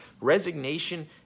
Resignation